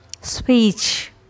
speech